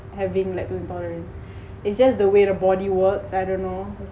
having lactose intolerant it's just the way the body works I don't know